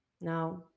Now